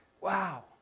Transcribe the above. wow